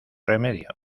remedio